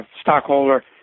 stockholder